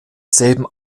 selben